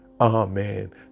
amen